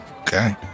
Okay